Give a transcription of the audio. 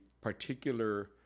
particular